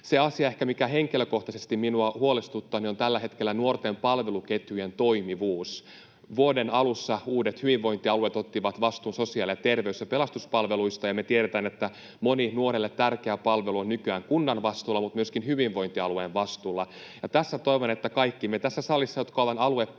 Se asia, mikä ehkä henkilökohtaisesti minua huolestuttaa, on tällä hetkellä nuorten palveluketjujen toimivuus. Vuoden alussa uudet hyvinvointialueet ottivat vastuun sosiaali- ja terveys- ja pelastuspalveluista, ja me tiedämme, että moni nuorelle tärkeä palvelu on nykyään kunnan vastuulla mutta myöskin hyvinvointialueen vastuulla. Tässä toivon, että kaikki me tässä salissa, jotka olemme aluepäättäjiä